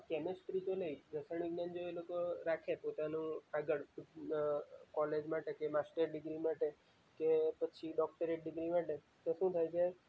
chemistry તો નહીં રસાયણ વિજ્ઞાન જો એ લોકો રાખે પોતાનું આગળ કોલેજ માટે કે માસ્ટર ડિગ્રી માટે કે પછી ડૉક્ટરેટ ડિગ્રી માટે તો શું થાય કે